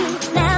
Now